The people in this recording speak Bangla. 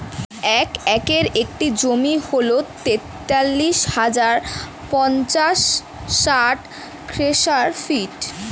এক একরের একটি জমি হল তেতাল্লিশ হাজার পাঁচশ ষাট স্কয়ার ফিট